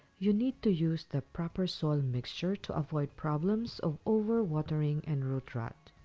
you need to use the proper soil mixture to avoid problems of over watering and root rot.